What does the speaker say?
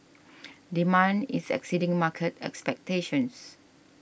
demand is exceeding market expectations